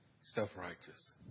self-righteous